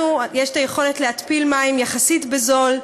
לנו יש היכולת להתפיל מים יחסית בזול,